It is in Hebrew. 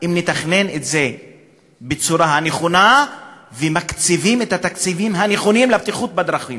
אם נתכנן את זה בצורה הנכונה ונקצה את התקציבים הנכונים לבטיחות בדרכים.